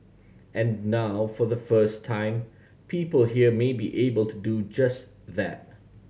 and now for the first time people here may be able to do just that